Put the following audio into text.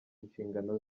inshingano